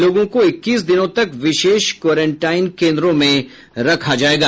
लोगों को इक्कीस दिनों तक विशेष क्वेरंटाइन केन्द्रों में रखा जायेगा